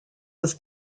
was